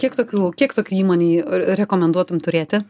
kiek tokių kiek tokių įmonėj rekomenduotum turėti